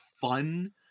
fun